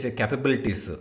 capabilities